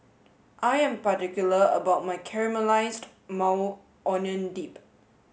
I am particular about my Caramelized Maui Onion Dip